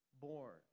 born